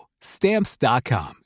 Stamps.com